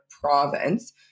province